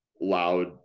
loud